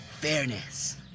Fairness